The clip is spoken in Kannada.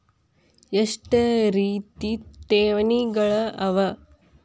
ಎಷ್ಟ ರೇತಿ ಠೇವಣಿಗಳ ಅವ?